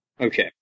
Okay